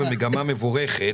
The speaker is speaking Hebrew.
ומגמה מבורכת